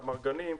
האמרגנים,